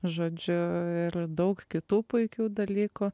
žodžiu ir daug kitų puikių dalykų